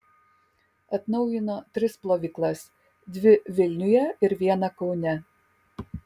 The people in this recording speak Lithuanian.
atnaujino tris plovyklas dvi vilniuje ir vieną kaune